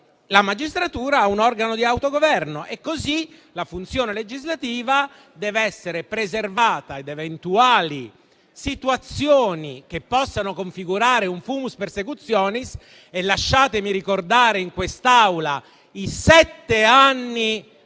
la magistratura ha un organo di autogoverno. Allo stesso modo la funzione legislativa deve essere preservata da eventuali situazioni che possano configurare un *fumus persecutionis.* Lasciatemi ricordare in quest'Aula i sette anni